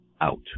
out